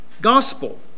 Gospel